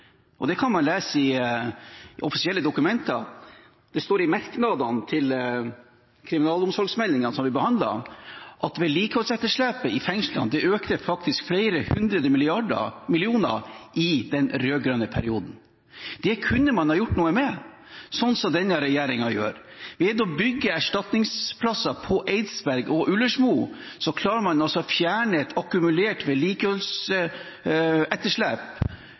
og det kan man lese i offisielle dokumenter, det står i merknadene til kriminalomsorgsmeldingen som vi behandlet – at vedlikeholdsetterslepet i fengslene økte med flere hundre millioner kroner i den rød-grønne perioden. Det kunne man ha gjort noe med, slik denne regjeringen gjør. Ved å bygge erstatningsplasser på Eidsberg og Ullersmo klarer man altså å fjerne et akkumulert vedlikeholdsetterslep